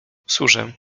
służę